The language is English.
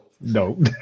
no